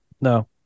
No